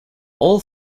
all